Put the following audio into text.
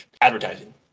advertising